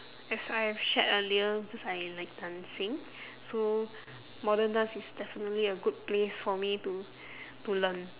as I have shared earlier cause I like dancing so modern dance is definitely a good place for me to to learn